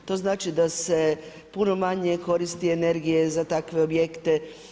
To znači da se puno manje koristi energije za takve objekte.